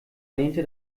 lehnte